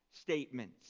statements